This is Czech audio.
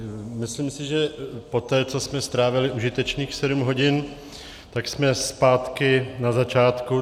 Myslím si, že poté, co jsme strávili užitečných sedm hodin, tak jsme zpátky na začátku.